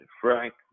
frank